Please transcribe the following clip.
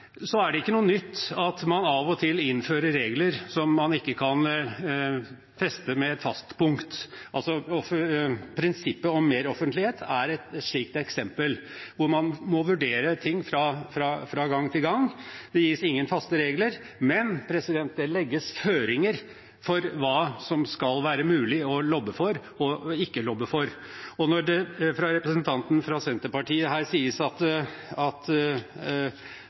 er ikke noe nytt at man av og til innfører regler man ikke kan feste med et fastpunkt. Prinsippet om mer offentlighet er et slikt eksempel, hvor man må vurdere ting fra gang til gang. Det gis ingen faste regler, men det legges føringer for hva det skal være mulig å lobbe for og ikke lobbe for. Når representanten fra Senterpartiet sier at det er så vanskelig å ta juksere, og at det skal være et argument for at